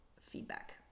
feedback